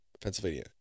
Pennsylvania